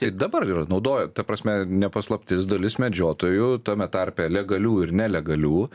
tai dabar naudoja ta prasme ne paslaptis dalis medžiotojų tame tarpe legalių ir nelegalių